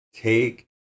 Take